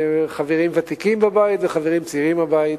חברים ותיקים בבית וחברים צעירים בבית,